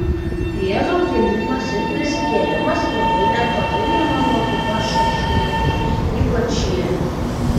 jėzaus gimimas ir prisikėlimas labai netoli viena nuo kitos šios šventės ypač šiemet